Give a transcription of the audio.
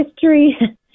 history